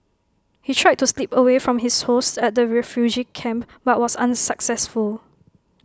he tried to slip away from his hosts at the refugee camp but was unsuccessful